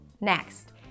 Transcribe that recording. Next